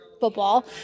football